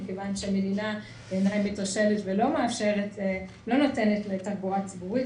מכיוון שהמדינה בעיניי מתרשלת ולא נותנת תחבורה ציבורית.